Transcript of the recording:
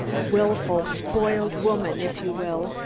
wilful, spoiled woman, if you will,